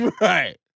Right